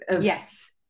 Yes